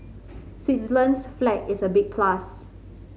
Switzerland's flag is a big plus